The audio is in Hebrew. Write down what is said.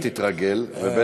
תתרגל, ב.